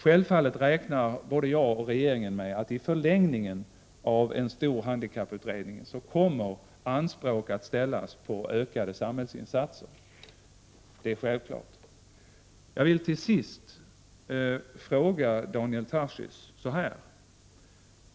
Självfallet räknar både jag och de övriga regeringsmedlemmarna med att det i förlängningen av en stor handikapputredning kommer att ställas anspråk på ökade samhällsinsatser, det är självklart. Jag vill till sist ställa en fråga till Daniel Tarschys.